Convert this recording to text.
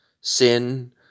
sin